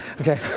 okay